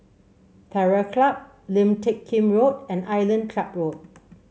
Terror Club Lim Teck Kim Road and Island Club Road